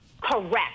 Correct